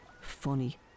funny